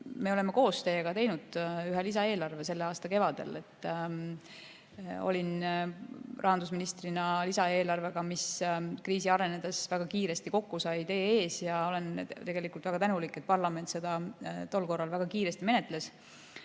me oleme koos teiega teinud ühe lisaeelarve selle aasta kevadel. Olin rahandusministrina lisaeelarvega, mis kriisi arenedes väga kiiresti kokku sai, teie ees ja olen väga tänulik, et parlament seda tol korral väga kiiresti menetles.